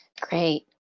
Great